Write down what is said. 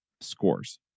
scores